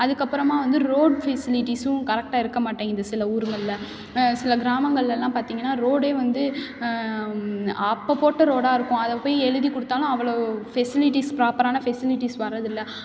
அதுக்கப்புறமா வந்து ரோட் ஃபெசிலிடீஸும் கரெக்டாக இருக்க மாட்டேங்குது சில ஊருங்களில் சில கிராமங்கள் எல்லாம் பார்த்தீங்கன்னா ரோடே வந்து அப்போ போட்ட ரோடாக இருக்கும் அதை போய் எழுதி கொடுத்தாலும் அவ்வளோ ஃபெசிலிடீஸ் ப்ராப்பரான ஃபெசிலிடீஸ் வரதில்லை